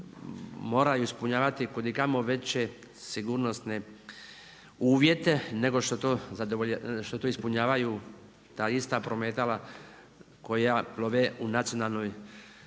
moraju ispunjavati kudikamo veće sigurnosne uvjete nego što to ispunjavaju ta ista prometala koja plove u nacionalnoj